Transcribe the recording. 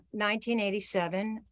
1987